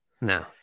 No